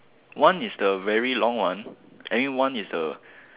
one is the very long one I think one is the